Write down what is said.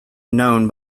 known